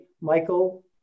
Michael